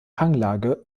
hanglage